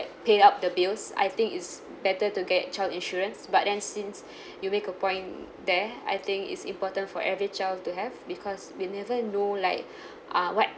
pay up the bills I think it's better to get child insurance but then since you make a point there I think it's important for every child to have because we never know like uh what